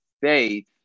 faith